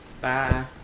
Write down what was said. Bye